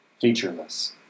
Featureless